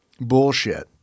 bullshit